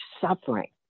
suffering